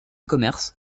commerce